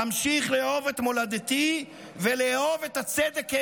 אמשיך לאהוב את מולדתי ולאהוב את הצדק כאחד.